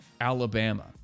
Alabama